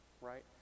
right